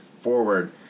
forward